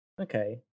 okay